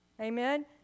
Amen